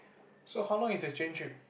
so how long is the train trip